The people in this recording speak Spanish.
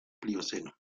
plioceno